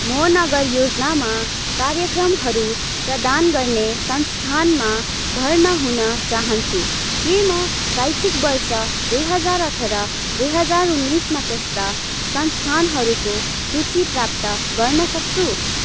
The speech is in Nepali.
म नगर योजनामा कार्यक्रमहरू प्रदान गर्ने संस्थानमा भर्ना हुन चाहन्छु के म शैक्षिक वर्ष दुई हजार अठार दुई हजार उन्नाइसमा त्यस्ता संस्थानहरूको सूची प्राप्त गर्न सक्छु